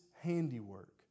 handiwork